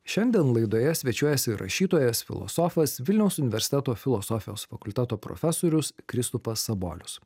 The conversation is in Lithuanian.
šiandien laidoje svečiuojasi rašytojas filosofas vilniaus universiteto filosofijos fakulteto profesorius kristupas sabolius